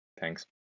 Thanks